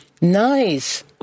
nice